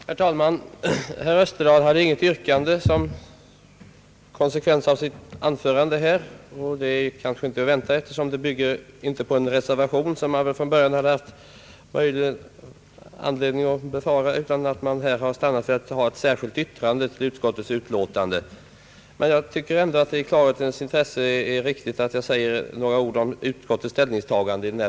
Herr talman! Herr Österdahl hade inget yrkande som konsekvens av sitt anförande, och det kanske inte var väntat eftersom det inte finns någon reservation, utan man har stannat vid ett särskilt yttrande till utskottets utlåtande. Jag tycker ändå att det i klarhetens intresse är riktigt att jag säger några ord om utskottets ställningstagande.